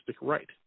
right